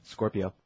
Scorpio